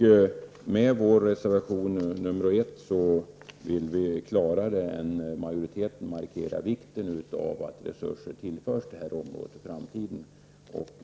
Med vår reservation 1 vill vi klarare än majoriteten markera vikten av att resurser tillförs detta område i framtiden.